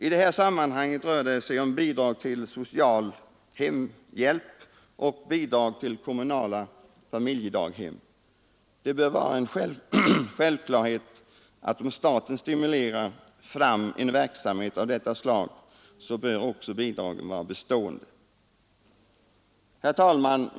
I detta sammanhang rör det sig om bidrag till social hemhjälp och bidrag till kommunala familjedaghem. Det bör vara en självklarhet att om staten stimulerar fram en verksamhet av detta slag, så skall bidragen bli bestående. Herr talman!